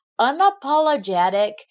unapologetic